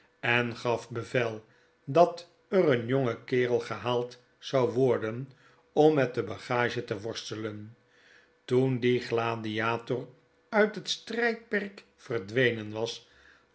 en gaf bevel dat er een jonge kerel gehaaid zou worden om met de bagage te worstelen toen die gladiator uit het strijdperk verdwenen was